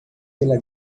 pela